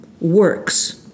works